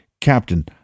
Captain